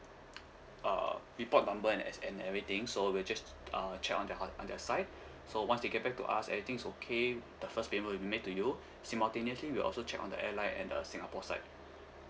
uh report number and as and everything so we will just uh check on their ho~ on their side so once they get back to us everything is okay the first payment will be made to you simultaneously we will also check on the airline and the singapore side